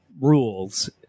rules